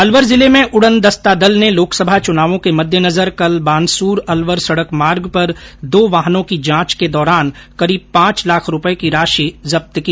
अलवर जिले में उड़न दस्ता दल ने लोकसभा चुनावों के मद्देनजर कल बानसूर अलवर सड़क मार्ग पर दो वाहनों की जांच के दौरान करीब पांच लाख रूपये की राशि जब्त की